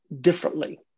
differently